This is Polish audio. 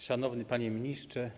Szanowny Panie Ministrze!